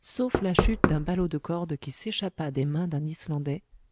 sauf la chute d'un ballot de cordes qui s'échappa des mains d'un islandais